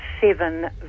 seven